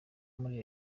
muri